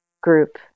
group